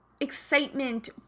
excitement